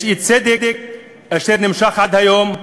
יש אי-צדק אשר נמשך עד היום,